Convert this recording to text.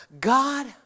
God